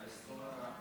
אדוני היושב-ראש,